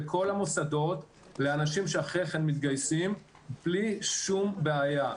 בכל המוסדות לאנשים שאחרי כן מתגייסים בלי שום בעיה.